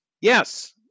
yes